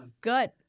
Good